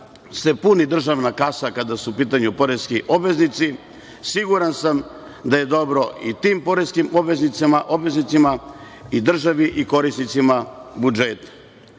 se puni državna kasa kada su u pitanju poreski obveznici, siguran sam da je dobro i tim poreskim obveznicima i državi i korisnicima budžeta. Šta